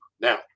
now